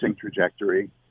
trajectory